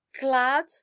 Glad